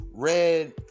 red